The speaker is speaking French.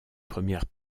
premières